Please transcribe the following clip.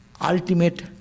ultimate